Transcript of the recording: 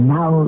Now